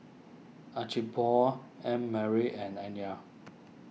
Archibald Annmarie and Anya